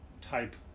type